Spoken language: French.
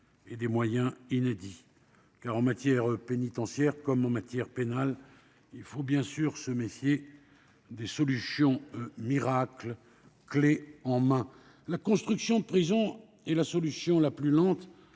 et des moyens inédits. En matière pénitentiaire comme en matière pénale, il faut se méfier des solutions miracles, clés en main. La construction de prisons est la solution la plus lente,